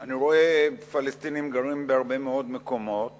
ואני רואה פלסטינים גרים בכל מיני מקומות